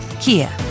Kia